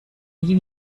nie